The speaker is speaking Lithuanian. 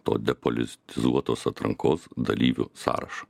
to depolizizuotos atrankos dalyvių sąrašo